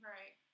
Right